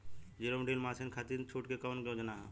Zero deal मासिन खाती छूट के कवन योजना होला?